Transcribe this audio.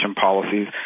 policies